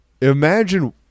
Imagine